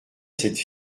cette